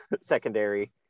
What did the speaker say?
Secondary